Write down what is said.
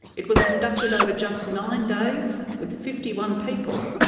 it was conducted over just nine days, with fifty one people,